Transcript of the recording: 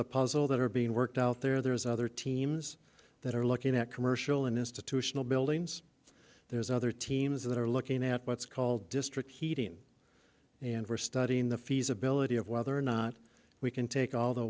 the puzzle that are being worked out there there's other teams that are looking at commercial and institutional buildings there's other teams that are looking at what's called district heating and we're studying the feasibility of whether or not we can take all the